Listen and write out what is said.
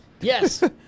Yes